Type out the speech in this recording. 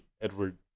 Edward